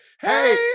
hey